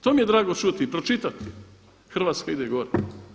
To mi je drago čuti i pročitati Hrvatska ide gore.